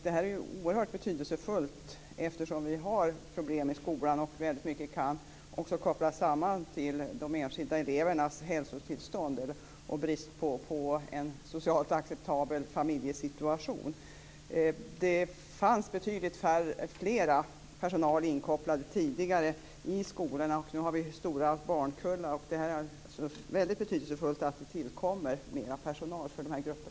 Frågan är oerhört betydelsefull, eftersom vi har problem i skolan och väldigt mycket kan kopplas till de enskilda elevernas hälsotillstånd och brist på en socialt acceptabel familjesituation. Det fanns betydligt mer personal inkopplad tidigare i skolorna, och nu har vi dessutom stora barnkullar. Det är högst betydelsefullt att det tillkommer mer personal för dessa grupper.